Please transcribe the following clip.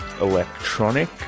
electronic